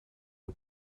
are